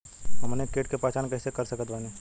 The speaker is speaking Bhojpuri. हमनी के कीट के पहचान कइसे कर सकत बानी?